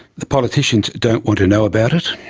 the politicians don't want to know about it,